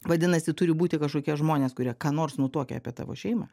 vadinasi turi būti kažkokie žmonės kurie ką nors nutuokia apie tavo šeimą